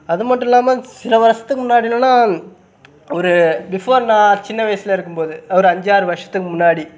அது மட்டும் இல்லாமல் சில வருஷத்துக்கு முன்னாடி என்னென்னா ஒரு பிஃபோர் நான் சின்ன வயசில் இருக்கும்போது ஒரு அஞ்சு ஆறு வருஷத்துக்கு முன்னாடி